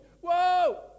whoa